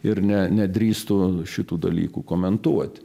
ir ne nedrįstu šitų dalykų komentuoti